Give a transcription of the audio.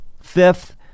Fifth